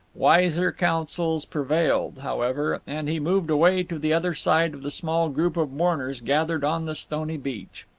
wiser counsels prevailed, however, and he moved away to the other side of the small group of mourners gathered on the stony beach.